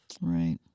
Right